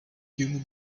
human